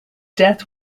death